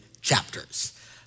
chapters